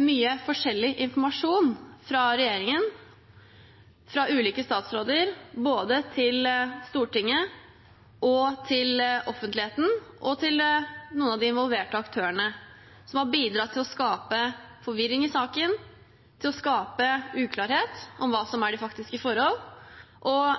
mye forskjellig informasjon fra regjeringen, fra ulike statsråder, både til Stortinget, til offentligheten og til noen av de involverte aktørene, som har bidratt til å skape forvirring i saken og til å skape uklarhet om hva som er de faktiske forhold.